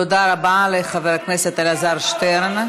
תודה רבה לחבר הכנסת אלעזר שטרן.